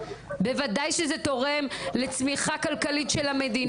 בוודאי שזה תורם לצמיחה כלכלית של המדינה.